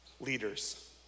leaders